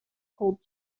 cold